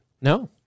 no